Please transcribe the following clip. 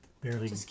barely